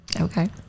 Okay